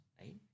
right